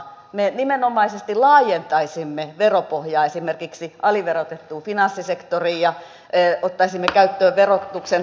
me nimenomaisesti laajentaisimme veropohjaa esimerkiksi aliverotettuun finanssisektoriin ja ottaisimme käyttöön verotuksen